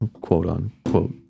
quote-unquote